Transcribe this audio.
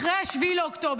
אחרי 7 באוקטובר.